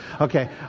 Okay